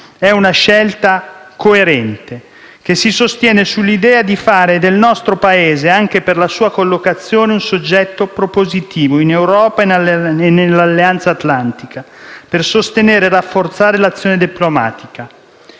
è una scelta coerente, che si sostiene sull'idea di fare del nostro Paese, anche per la sua collocazione, un soggetto propositivo in Europa e nell'Alleanza atlantica, per sostenere e rafforzare l'azione diplomatica.